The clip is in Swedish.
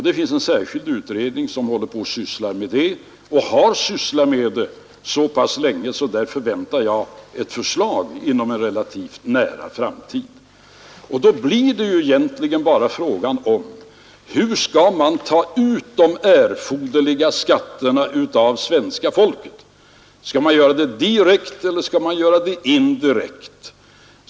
Det finns en särskild utredning, som sysslat med denna sak så pass länge, att jag inom en relativt nära framtid förväntar ett förslag. Då blir det egentligen bara fråga om hur man skall ta ut de erforderliga skatterna av det svenska folket. Skall man göra det direkt eller indirekt?